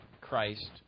Christ